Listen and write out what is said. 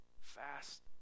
fast